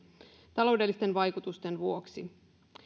taloudellisten vaikutusten vuoksi